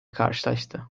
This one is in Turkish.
karşılaştı